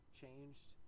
changed